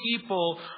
people